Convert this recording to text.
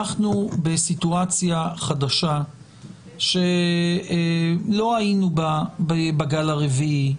אנחנו בסיטואציה חדשה שלא היינו בה בגל הרביעי,